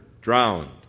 drowned